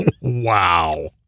wow